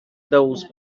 those